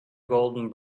golden